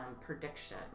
prediction